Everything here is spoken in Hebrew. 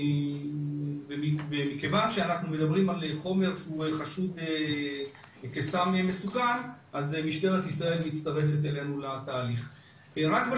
ובמשך השנים גם השתכללנו והתחלנו להביא כלי